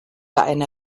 eine